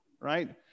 right